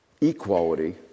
equality